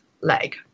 leg